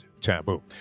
taboo